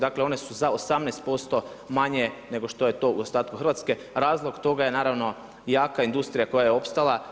Dakle one su za 18% manje, nego što je to u ostatku Hrvatske, a razlog toga je naravno jaka industrija koja je opstala.